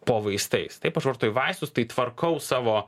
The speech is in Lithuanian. po vaistais taip aš vartoju vaistus tai tvarkau savo